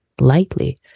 lightly